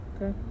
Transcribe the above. Okay